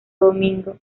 domingo